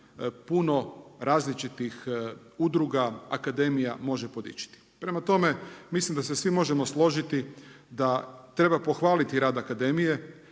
puno različitih udruga, akademija može podičiti. Prema tome, mislim da se svi možemo složiti da treba pohvaliti rad akademije,